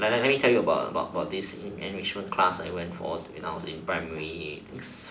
like let me tell you about about this enrichment class I went for do you know when I was in primary I thinks